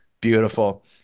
beautiful